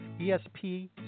ESP